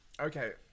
Okay